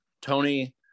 Tony